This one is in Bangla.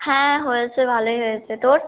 হ্যাঁ হয়েছে ভালোই হয়েছে তোর